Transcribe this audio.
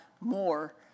more